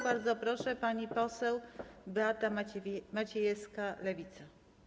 Bardzo proszę, pani poseł Beata Maciejewska, Lewica.